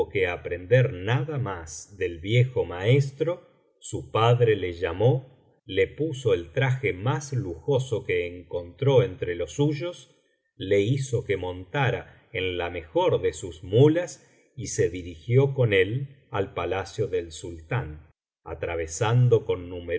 que aprender nada más del viejo maestro su padre le llamó le puso el traje más lujoso que encontró entre los suyos le hizo que montara en la mejor de sus muías y se dirigió con él al palacio del sultán atravesando con